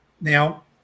Now